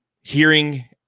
hearing